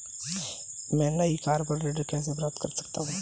मैं नई कार पर ऋण कैसे प्राप्त कर सकता हूँ?